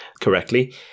correctly